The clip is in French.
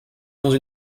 dans